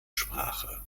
sprache